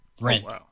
Rent